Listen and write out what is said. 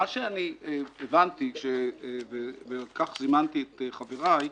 הבנתי, ולשם כך זימנתי את חבריי,